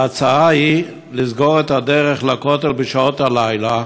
ההצעה היא לסגור את הדרך לכותל בשעות הלילה,